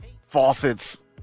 faucets